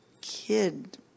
kid